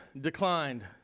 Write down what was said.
declined